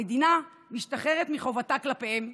המדינה משתחררת מחובתה כלפיהם.